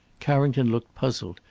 carrington looked puzzled,